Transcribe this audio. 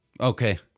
Okay